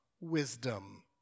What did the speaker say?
wisdom